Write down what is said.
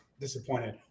disappointed